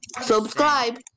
Subscribe